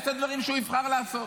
הוא יעשה דברים שהוא יבחר לעשות.